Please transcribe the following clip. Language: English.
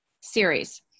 series